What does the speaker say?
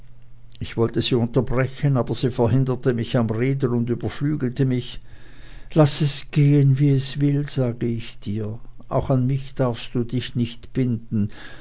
ich wollte sie unterbrechen aber sie verhinderte mich am reden und überflügelte mich laß es gehen wie es will sag ich dir auch an mich darfst du dich nicht binden